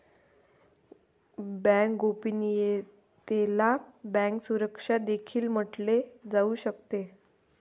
bank गोपनीयतेला bank सुरक्षा देखील म्हटले जाऊ शकते